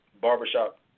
barbershop